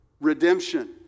Redemption